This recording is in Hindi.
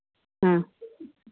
हाँ